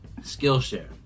Skillshare